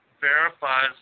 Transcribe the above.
verifies